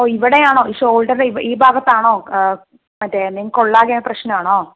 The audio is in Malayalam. ഓ ഇവിടെയാണോ ഈ ഷോൾഡറിന്റെ ഈ ഭാഗത്താണോ മറ്റേ എന്തേലും പ്രശ്നമാണോ